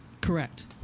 Correct